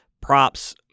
props